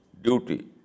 duty